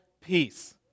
peace